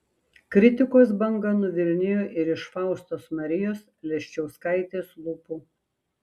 kritikos banga nuvilnijo ir iš faustos marijos leščiauskaitės lūpų